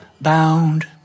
bound